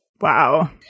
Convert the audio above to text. Wow